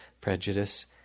prejudice